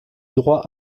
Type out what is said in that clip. droit